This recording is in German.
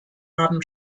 haben